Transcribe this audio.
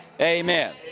Amen